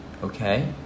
Okay